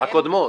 הקודמות.